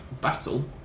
battle